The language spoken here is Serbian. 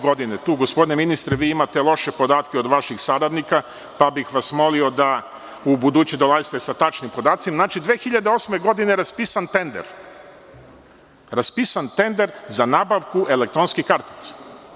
Godine 2008, tu gospodine ministre vi imate loše podatke od vaših saradnika pa bih vas molio da ubuduće dolazite sa tačnim podacima, znači, 2008. godine je raspisan tender za nabavku elektronskih kartica.